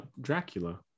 Dracula